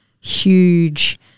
huge